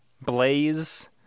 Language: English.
Blaze